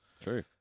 True